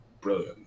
brilliant